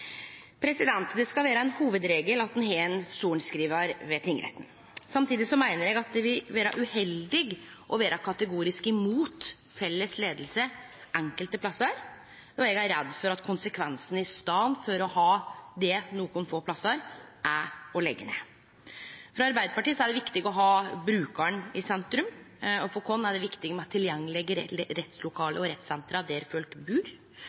Det skal vere ein hovudregel at ein har ein sorenskrivar ved tingretten. Samtidig meiner eg at det vil vere uheldig å vere kategorisk imot felles leiing enkelte plassar, og eg er redd for at konsekvensen, istaden for å ha det nokre få plassar, er å leggje ned. For Arbeidarpartiet er det viktig å ha brukaren i sentrum, og for oss er det viktig med tilgjengelege rettslokale og rettssentre der folk bur,